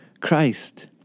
Christ